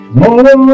more